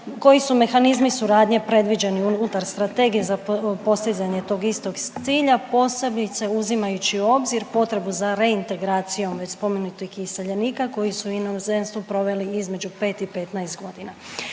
koji su mehanizmi suradnje predviđeni unutar strategije za postizanje tog istog cilja, posebice uzimajući u obzir potrebu za reintegracijom već spomenutih iseljenika koji su u inozemstvu proveli između pet i 15 godina